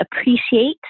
appreciate